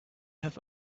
have